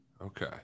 Okay